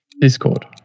Discord